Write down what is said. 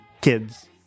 Kids